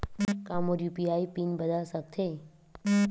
का मोर UPI PIN बदल सकथे?